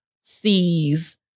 sees